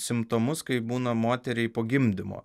simptomus kai būna moteriai po gimdymo